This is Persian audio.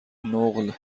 نقل